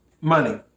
money